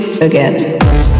again